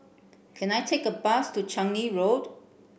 can I take a bus to Changi Road